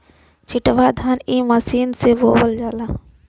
छिटवा धान इ मशीन से बोवल जाला